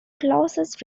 closest